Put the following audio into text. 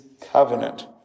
covenant